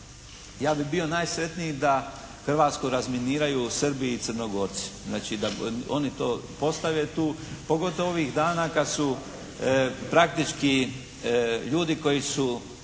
Ja bi bio najsretniji da Hrvatsku razminiraju Srbi i Crnogorci. Znači, da oni to postave tu. Pogotovo ovih dana kad su praktički ljudi koji su